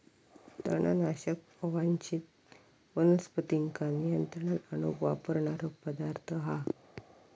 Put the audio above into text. तणनाशक अवांच्छित वनस्पतींका नियंत्रणात आणूक वापरणारो पदार्थ हा